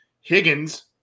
Higgins